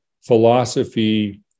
philosophy